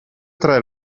tre